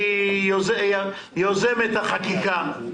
שהיא יוזמת החקיקה,